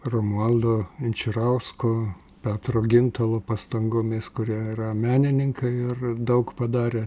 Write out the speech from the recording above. romualdo inčirausko petro gintalo pastangomis kurie yra menininkai ir daug padarė